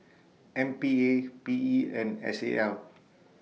M P A P E and S A L